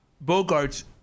Bogart's